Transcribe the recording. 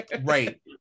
Right